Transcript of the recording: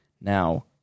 Now